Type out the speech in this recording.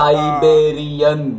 Siberian